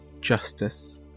justice